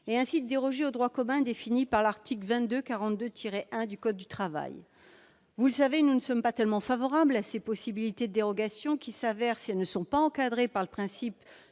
et ainsi de déroger au droit commun défini par l'article L. 2242-1 du code du travail. Vous le savez, nous ne sommes pas tellement favorables à ces possibilités de dérogation qui engendrent, si elles ne sont pas encadrées par le principe